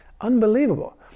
Unbelievable